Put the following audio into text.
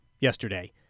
yesterday